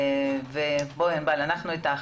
ענבל, בבקשה.